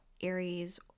Aries